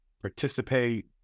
participate